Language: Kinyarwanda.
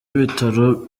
w’ibitaro